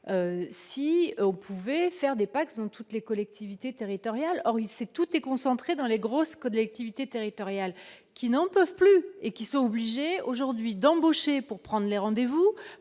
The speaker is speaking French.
si on pouvait faire des packs sont toutes les collectivités territoriales, or il tout est concentré dans les grosses collectivités territoriales qui n'en peuvent plus et qui sont obligés aujourd'hui d'embaucher pour prendre des rendez-vous